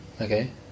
okay